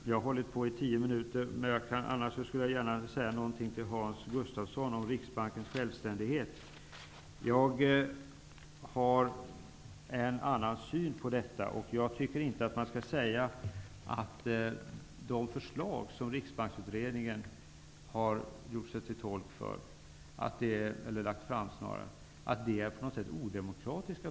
Jag har hållit på i tio minuter, men jag skulle gärna säga någonting till Hans Gustafsson om Riksbankens självständighet. Jag har en annan syn på detta, och jag tycker inte att man skall säga att de förslag som Riksbanksutredningen har lagt fram på något sätt är odemokratiska.